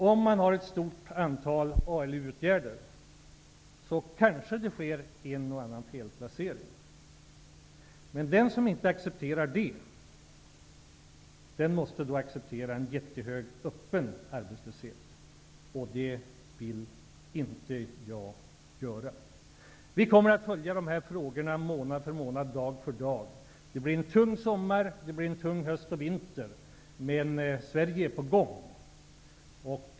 Om man har ett stort antal ALU-åtgärder sker det kanske en och annan felplacering. Men den som inte accepterar det, måste då acceptera en jättehög öppen arbetslöshet. Det vill inte jag göra. Vi kommer att följa dessa frågor månad för månad, dag för dag. Det blir en tung sommar och en tung höst och vinter, men Sverige är på gång.